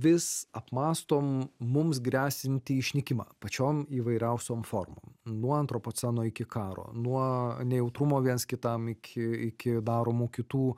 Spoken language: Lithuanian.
vis apmąstom mums gresiantį išnykimą pačiom įvairiausiom formom nuo antropoceno iki karo nuo nejautrumo viens kitam iki iki daromų kitų